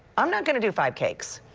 i'm not going to do five cakes.